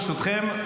ברשותכם,